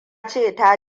ce